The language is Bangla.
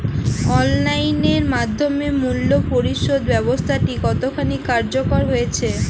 অনলাইন এর মাধ্যমে মূল্য পরিশোধ ব্যাবস্থাটি কতখানি কার্যকর হয়েচে?